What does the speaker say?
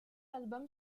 album